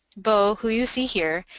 boa, who you see here,